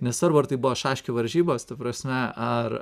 nesvarbu ar tai buvo šaškių varžybos ta prasme ar